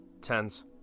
Tens